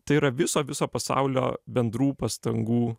tai yra viso viso pasaulio bendrų pastangų